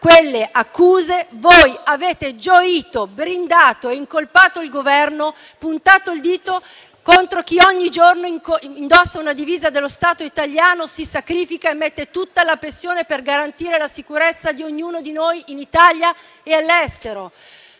quelle accuse, avete gioito, brindato ed incolpato il Governo, puntato il dito contro chi ogni giorno indossa una divisa dello Stato italiano, si sacrifica e mette tutta la sua passione per garantire la sicurezza di ognuno di noi, in Italia e all'estero.